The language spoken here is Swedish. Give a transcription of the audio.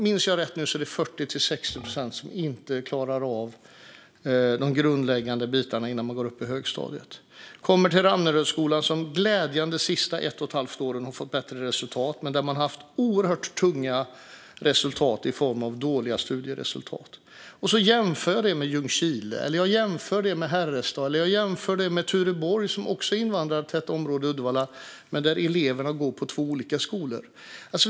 Minns jag rätt är det 40-60 procent av barnen som inte klarar de grundläggande bitarna innan de går upp i högstadiet. De kommer till Ramnerödsskolan, som glädjande nog det senaste ett och ett halvt året har fått bättre resultat, men där man har haft det oerhört tungt med dåliga studieresultat. Man kan jämföra detta med Ljungskile och Herrestad eller med Tureborg, som också är ett invandrartätt område i Uddevalla men där eleverna går på två olika skolor.